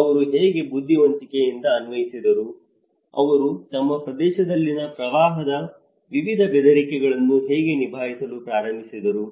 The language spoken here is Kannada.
ಅವರು ಹೇಗೆ ಬುದ್ಧಿವಂತಿಕೆಯಿಂದ ಅನ್ವಯಿಸಿದರು ಅವರು ತಮ್ಮ ಪ್ರದೇಶದಲ್ಲಿನ ಪ್ರವಾಹದ ವಿವಿಧ ಬೆದರಿಕೆಗಳನ್ನು ಹೇಗೆ ನಿಭಾಯಿಸಲು ಪ್ರಾರಂಭಿಸಿದರು